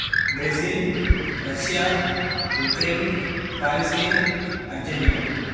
Brazil Russia Ukraine Palestine Argentina